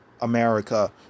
America